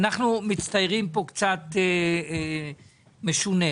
מצטיירים פה קצת משונה,